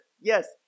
yes